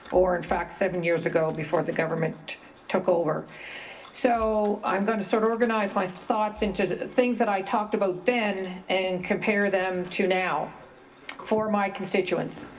or in fact seven years before the government took over so i'm going to so to organize my thoughts into things that i talked about then and compare them to now for my constituents.